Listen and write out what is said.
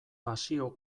pasio